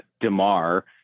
DeMar